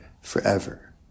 forever